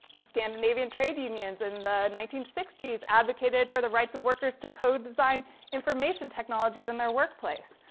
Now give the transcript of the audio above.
the scandinavian trade unions in the nineteen sixty s advocated for the rights of workers to co-design information technologies in their workplace.